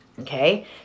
okay